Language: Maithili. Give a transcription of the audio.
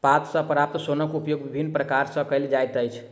पात सॅ प्राप्त सोनक उपयोग विभिन्न प्रकार सॅ कयल जाइत अछि